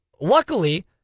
Luckily